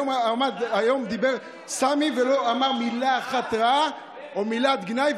היום דיבר סמי ולא אמר מילה אחת רעה או מילת גנאי,